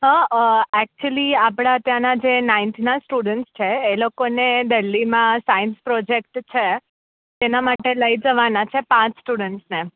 હાં એચયુલી આપણા ત્યાંનાં જે નાઇન્થ ના સ્ટુડન્ટ છે એ લોકોને દિલ્હીમાં સાયન્સ પ્રોજેક્ટ છે એના માટે લઈ જવાના છે પાંચ સ્ટુડન્સને